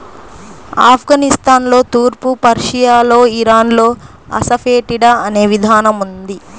ఆఫ్ఘనిస్తాన్లో, తూర్పు పర్షియాలో, ఇరాన్లో అసఫెటిడా అనే విధానం ఉంది